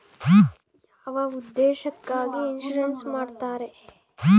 ಯಾವ ಉದ್ದೇಶಕ್ಕಾಗಿ ಇನ್ಸುರೆನ್ಸ್ ಮಾಡ್ತಾರೆ?